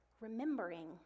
remembering